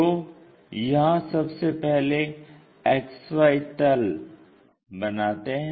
तो यहां सबसे पहले XY तल बनाते हैं